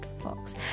fox